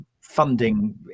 funding